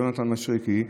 יונתן מישרקי,